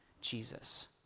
Jesus